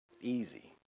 easy